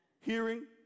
hearing